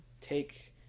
take